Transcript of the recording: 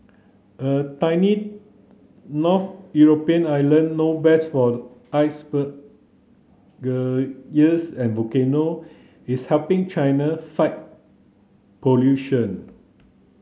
a tiny north European island known best for iceberg geysers and volcano is helping China fight pollution